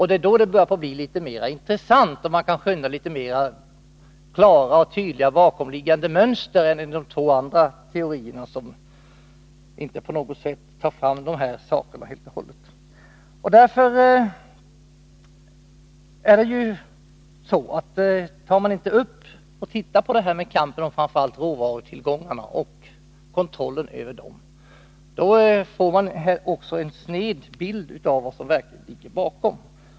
Det är då det börjar bli litet mer intressant och man kan skönja litet klarare och tydligare bakomliggande mönster än i de två andra teorierna, som inte på något sätt berör dessa frågor. Tar man inte upp och tittar på framför allt kampen om råvarutillgångarna och kontrollen över dem får man också en sned bild av vad som verkligen ligger bakom.